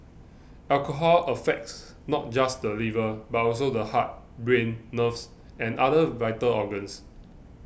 alcohol affects not just the liver but also the heart brain nerves and other vital organs